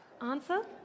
answer